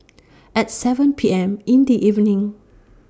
At seven P M in The evening